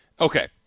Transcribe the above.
Okay